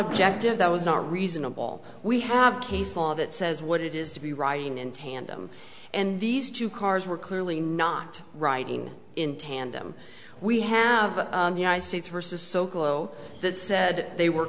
objective that was not reasonable we have case law that says what it is to be riding in tandem and these two cars were clearly not riding in tandem we have united states versus socolow that said they were